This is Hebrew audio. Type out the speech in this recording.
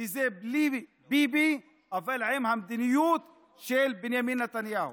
שזה בלי ביבי אבל עם המדיניות של בנימין נתניהו.